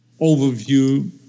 overview